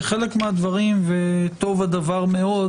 וחלק מהדברים וטוב הדבר מאוד